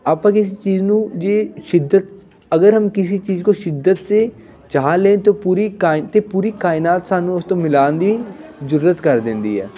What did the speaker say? ਆਪਾਂ ਕਿਸ ਚੀਜ਼ ਨੂੰ ਜੇ ਸ਼ਿੱਦਤ ਅਗਰ ਹਮ ਕਿਸੀ ਚੀਜ ਕੋ ਸ਼ਿੱਦਤ ਸੇ ਚਾਹ ਲੇ ਤੋ ਪੂਰੀ ਕਾਇ ਤਾਂ ਕਾਇਨਾਤ ਸਾਨੂੰ ਉਸ ਤੋਂ ਮਿਲਾਉਣ ਦੀ ਜ਼ਰੂਰਤ ਕਰ ਦਿੰਦੀ ਹੈ